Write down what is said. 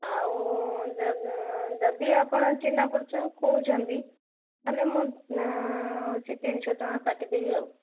ଆଉ ଯଦି ଆପଣ ଚିହ୍ନା ପରିଚୟ କହୁଛନ୍ତି ତା'ହେଲେ ମୁଁ ହେଉଛି ତିନିଶହ ଟଙ୍କା କାଟିଦେବି ଆଉ